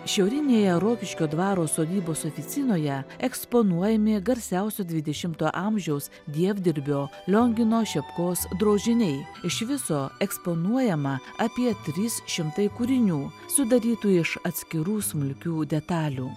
šiaurinėje rokiškio dvaro sodybos oficinoje eksponuojami garsiausio dvidešimto amžiaus dievdirbio liongino šepkos drožiniai iš viso eksponuojama apie trys šimtai kūrinių sudarytų iš atskirų smulkių detalių